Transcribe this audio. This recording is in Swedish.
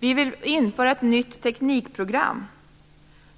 Vi vill införa ett nytt teknikprogram,